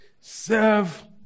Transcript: serve